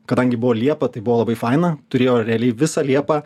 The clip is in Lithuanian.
kadangi buvo liepa tai buvo labai faina turėjo realiai visą liepą